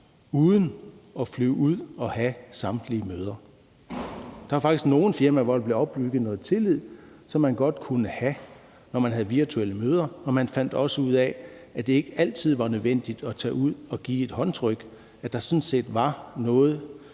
uden at flyve ud for at holde samtlige møder. Der var faktisk nogle firmaer, hvor der blev opbygget noget tillid, som man godt kunne have, når man holdt virtuelle møder, og man fandt også ud af, at det ikke altid var nødvendigt at tage ud og give et håndtryk, men at der sådan set var noget